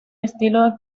estilo